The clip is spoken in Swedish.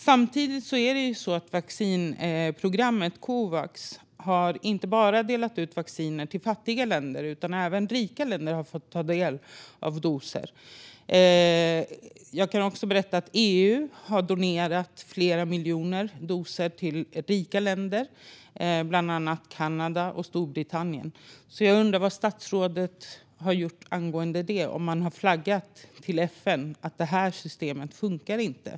Fru talman! Vaccinprogrammet Covax har inte bara delat ut vaccin till fattiga länder, utan även rika länder har fått ta del av doser. Jag kan berätta att EU har donerat flera miljoner doser till rika länder, bland annat Kanada och Storbritannien. Jag undrar vad statsrådet har gjort angående detta. Har man flaggat till FN att systemet inte funkar?